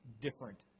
different